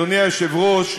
אדוני היושב-ראש,